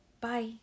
bye